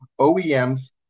OEMs